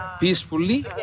peacefully